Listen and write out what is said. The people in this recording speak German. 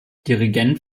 dirigent